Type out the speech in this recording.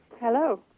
Hello